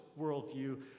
worldview